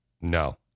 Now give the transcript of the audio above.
No